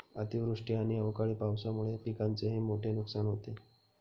अतिवृष्टी आणि अवकाळी पावसामुळे पिकांचेही मोठे नुकसान होते